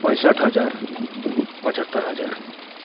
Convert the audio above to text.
पैँसट्ठी हजार पचहत्तर हजार